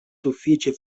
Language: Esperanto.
sufiĉe